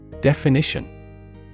Definition